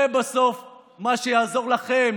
זה בסוף מה שיעזור לכם,